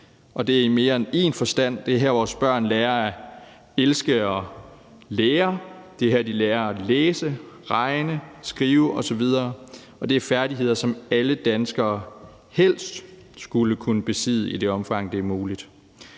det er i mere end én forstand. Det er her, vores børn lærer at elske at lære. Det er her, de lærer at læse, regne, skrive osv., og det er færdigheder, som alle danskere helst skulle kunne besidde i det omfang, det er muligt.